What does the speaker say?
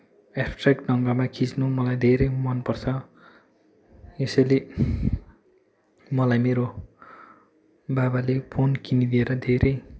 abstract ढङ्गमा खिच्नु मलाई धेरै मनपर्छ यसैले मलाई मेरो बाबाले फोन किनिदिएर धेरै